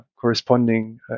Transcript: corresponding